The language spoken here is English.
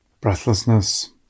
Breathlessness